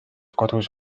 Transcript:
kodus